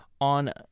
on